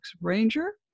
Ranger